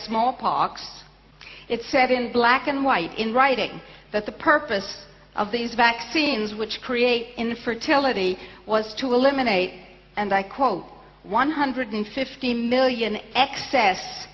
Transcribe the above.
smallpox it said in black and white in writing that the purpose of these vaccines which create infertility was to eliminate and i quote one hundred fifty million excess